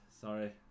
Sorry